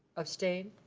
abstained?